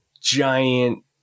giant